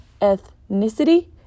ethnicity